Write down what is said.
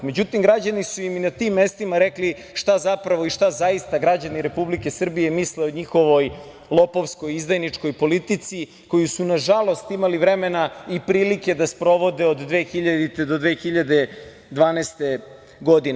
Međutim, građani su im i na tim mestima rekli šta zapravo i šta zaista građani Republike Srbije misle o njihovoj lopovskoj, izdajničkoj politici, koju su, nažalost, imali vremena i prilike da sprovode od 2000. do 2012. godine.